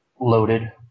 loaded